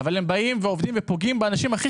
אבל הם באים ועובדים ופוגעים באנשים הכי